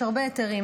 יש הרבה היתרים,